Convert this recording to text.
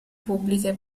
pubbliche